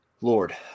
Lord